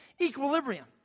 equilibrium